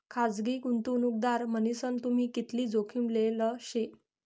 खासगी गुंतवणूकदार मन्हीसन तुम्ही कितली जोखीम लेल शे